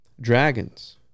dragons